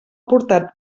portat